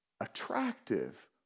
attractive